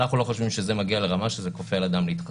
אנחנו לא חושבים שזה מגיע לרמה שזה כופה על אדם להתחסן,